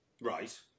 Right